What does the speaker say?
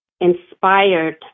inspired